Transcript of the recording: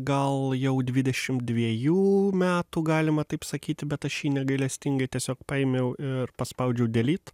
gal jau dvidešim dviejų metų galima taip sakyti bet aš jį negailestingai tiesiog paėmiau ir paspaudžiau delyt